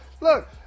Look